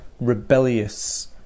rebellious